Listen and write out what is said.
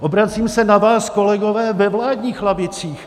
Obracím se na vás, kolegové, ve vládních lavicích.